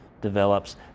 develops